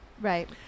Right